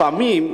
לפעמים,